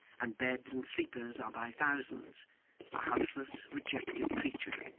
and beds and sleepers are by thousands a houseless rejected creature.